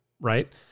right